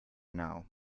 now